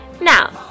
Now